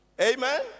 Amen